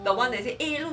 oh